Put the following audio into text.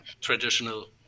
traditional